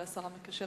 השר המקשר,